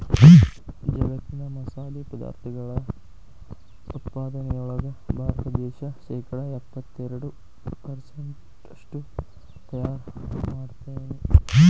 ಜಗ್ಗತ್ತಿನ ಮಸಾಲಿ ಪದಾರ್ಥಗಳ ಉತ್ಪಾದನೆಯೊಳಗ ಭಾರತ ದೇಶ ಶೇಕಡಾ ಎಪ್ಪತ್ತೆರಡು ಪೆರ್ಸೆಂಟ್ನಷ್ಟು ತಯಾರ್ ಮಾಡ್ತೆತಿ